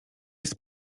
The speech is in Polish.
jest